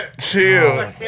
chill